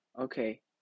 okay